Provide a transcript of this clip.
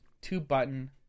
two-button